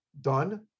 done